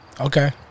Okay